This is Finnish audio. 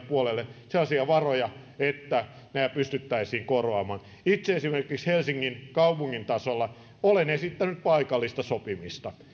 puolelle sellaisia varoja että nämä pystyttäisiin korvaamaan itse esimerkiksi helsingin kaupungin tasolla olen esittänyt paikallista sopimista